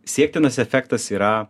siektinas efektas yra